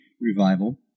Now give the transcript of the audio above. revival